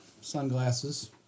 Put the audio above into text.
sunglasses